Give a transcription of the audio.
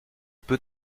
peux